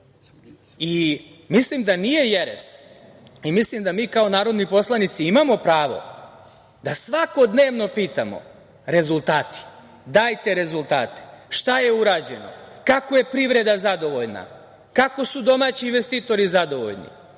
poslu. Mislim da nije jeres i mislim da mi kao narodni poslanici imamo pravo da svakodnevno pitamo - rezultati, dajte rezultate. Šta je urađeno? Kako je privreda zadovoljna? Kako su domaći investitori zadovoljni?